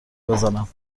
بزنم